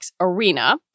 Arena